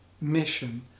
mission